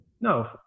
No